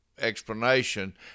explanation